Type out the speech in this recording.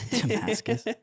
Damascus